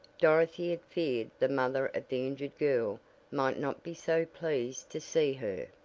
dorothy had feared the mother of the injured girl might not be so pleased to see her.